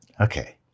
Okay